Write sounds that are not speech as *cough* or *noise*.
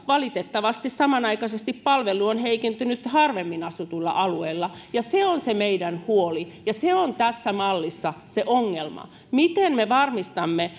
valitettavasti samanaikaisesti palvelu on heikentynyt harvemmin asutuilla alueilla ja se on se meidän huolemme se on tässä mallissa se ongelma miten me varmistamme *unintelligible*